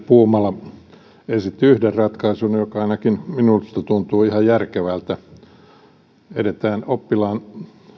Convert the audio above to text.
puumala esitti yhden ratkaisun joka ainakin minusta tuntuu ihan järkevältä edetään oppilaalle